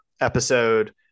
episode